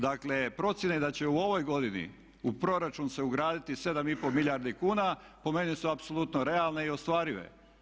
Dakle, procjene da će u ovoj godini u proračun se ugraditi 7 i pol milijardi kuna po meni su apsolutno realne i ostvarive.